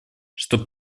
что